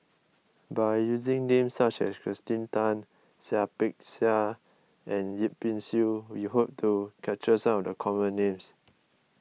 by using names such as Kirsten Tan Seah Peck Seah and Yip Pin Xiu we hope to capture some of the common names